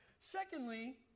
Secondly